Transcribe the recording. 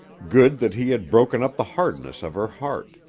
good that he had broken up the hardness of her heart.